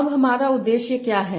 अब हमारा उद्देश्य क्या है